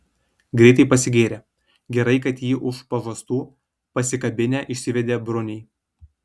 greitai pasigėrė gerai kad jį už pažastų pasikabinę išsivedė bruniai